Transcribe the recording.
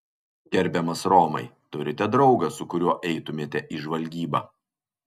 gerbiamas romai turite draugą su kuriuo eitumėte į žvalgybą